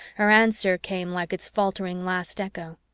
her answer came like its faltering last echo.